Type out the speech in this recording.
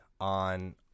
on